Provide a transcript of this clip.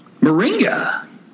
Moringa